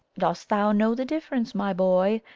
dost thou know the difference, my boy,